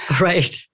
Right